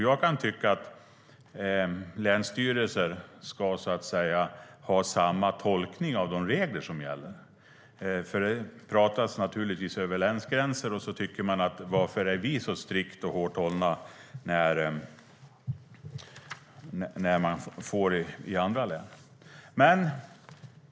Jag kan tycka att länsstyrelser ska ha samma tolkning av de regler som gäller. Det pratas naturligtvis över länsgränser, och då undrar man varför man i vissa län är så strikt hållna när andra län får.